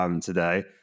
today